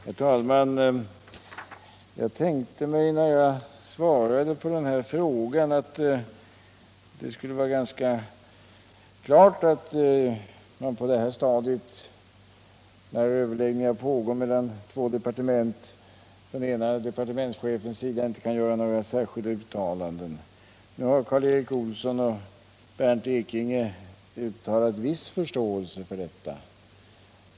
Herr talman! Jag tänkte mig då jag svarade på den här frågan att det skulle vara ganska klart att när överläggningar pågår mellan två departement kan inte den ena departementschefen göra några särskilda uttalanden. Nu har Karl Erik Olsson och Bernt Ekinge uttalat viss förståelse för detta.